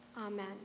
amen